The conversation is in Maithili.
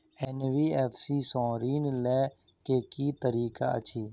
एन.बी.एफ.सी सँ ऋण लय केँ की तरीका अछि?